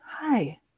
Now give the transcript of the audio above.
Hi